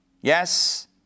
Yes